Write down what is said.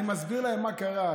אני מסביר להם מה קרה.